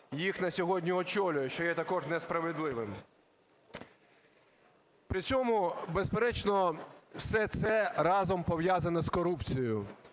їх на сьогодні очолює, що є також несправедливим. При цьому, безперечно, все це разом пов'язано з корупцією